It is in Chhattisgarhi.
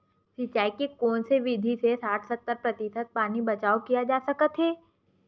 सिंचाई के कोन से विधि से साठ सत्तर प्रतिशत पानी बचाव किया जा सकत हे?